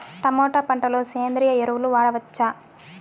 Tomato పంట లో సేంద్రియ ఎరువులు వాడవచ్చా?